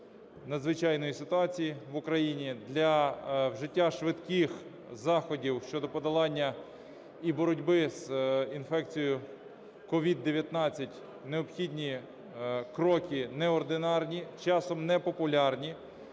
надзвичайної ситуації в Україні. Для вжиття швидких заходів щодо подолання і боротьби з інфекцією COVID-19 необхідні кроки неординарні, часом непопулярні.